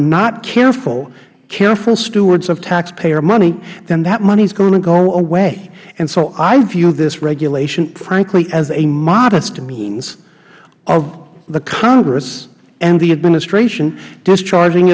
not careful careful stewards of taxpayer money then that money is going to go away so i view this regulation frankly as a modest means of the congress and the administration discharging